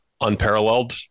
unparalleled